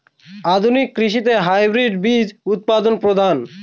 আধুনিক কৃষিতে হাইব্রিড বীজ উৎপাদন প্রধান